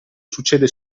succede